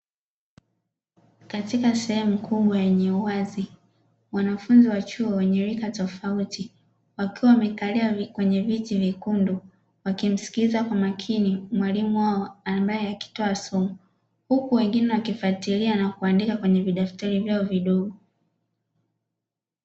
Katika sehemu kubwa yenye uwazi wanafunzi wa chuo wenye rika tofauti wakiwa wamekalia kwenye viti vyekundu. Wakimsikiza kwa makini mwalimu wao ambaye akitoa somo, huku wengine wakifuatilia na kuandika kwenye vidaftari vyao vidogo.